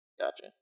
gotcha